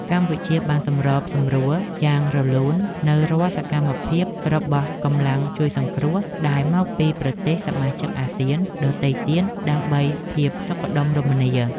កម្ពុជាបានសម្របសម្រួលយ៉ាងរលូននូវរាល់សកម្មភាពរបស់កម្លាំងជួយសង្គ្រោះ ដែលមកពីប្រទេសសមាជិកអាស៊ានដទៃទៀត ដើម្បីភាពសុខដុមរមនា។